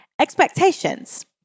Expectations